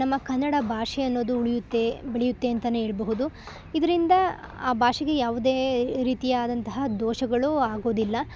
ನಮ್ಮ ಕನ್ನಡ ಭಾಷೆ ಅನ್ನೋದು ಉಳಿಯುತ್ತೆ ಬೆಳೆಯುತ್ತೆ ಅಂತ ಹೇಳ್ಬಹುದು ಇದರಿಂದ ಆ ಭಾಷೆಗೆ ಯಾವುದೇ ರೀತಿಯಾದಂತಹ ದೋಷಗಳು ಆಗೋದಿಲ್ಲ